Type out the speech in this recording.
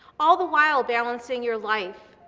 all the while, balancing your life,